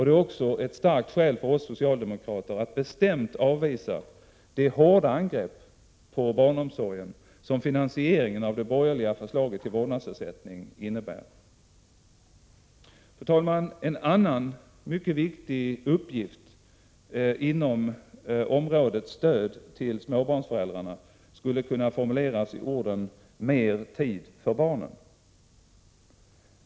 Det är också ett starkt skäl för oss socialdemokrater att bestämt avvisa det hårda angrepp på barnomsorgen som finansieringen av det borgerliga förslaget till vårdnadsersättning innebär. Fru talman! En annan mycket viktig uppgift inom området Stöd till småbarnsföräldrar skulle kunna formuleras i orden: Mer tid för barnen.